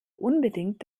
unbedingt